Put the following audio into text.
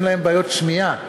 אין להם בעיות שמיעה.